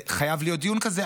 וחייב להיות דיון כזה,